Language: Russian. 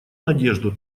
надежду